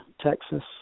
Texas